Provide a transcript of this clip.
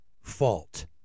fault